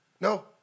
No